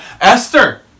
Esther